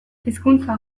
hizkuntza